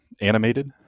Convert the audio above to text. animated